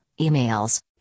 emails